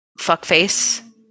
Fuckface